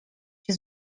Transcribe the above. się